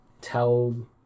tell